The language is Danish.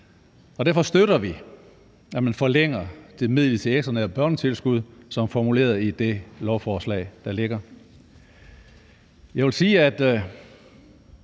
og derfor støtter vi, at man forlænger det midlertidige ekstraordinære børnetilskud, som formuleret i det lovforslag, der ligger. Jeg vil i stedet